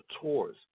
tours